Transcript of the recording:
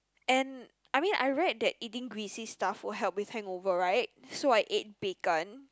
and I mean I read that eating greasy stuff will help with hangover right so I ate bacon